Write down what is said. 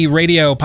radio